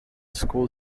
school